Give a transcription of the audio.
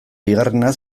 bigarrena